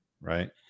right